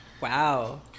wow